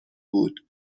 بود